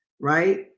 right